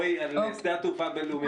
על שדה התעופה השני, בבקשה.